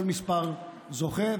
כל מספר זוכה,